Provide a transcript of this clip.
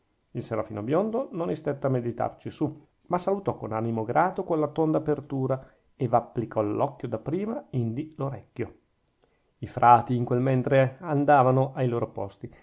il serafino biondo non istette a meditarci su ma salutò con animo grato quella tonda apertura e v'applicò l'occhio da prima indi l'orecchio i frati in quel mentre andavano ai loro posti